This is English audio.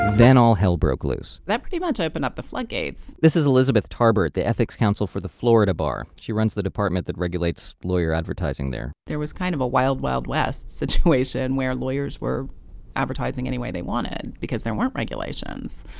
then all hell broke loose that pretty much opened up the floodgates this is elizabeth tarbert, the ethics counsel for the florida bar, she runs the department that regulates lawyer advertising there there was kind of wild wild west situation were lawyers were advertising anyway they wanted because there weren't regulations,